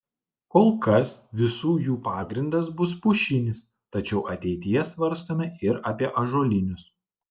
kol kas visų jų pagrindas bus pušinis tačiau ateityje svarstome ir apie ąžuolinius